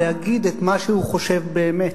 להגיד את מה שהוא חושב באמת,